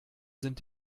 sind